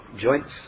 joints